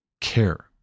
care